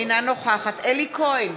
אינה נוכחת אלי כהן,